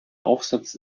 aufsatz